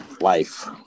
Life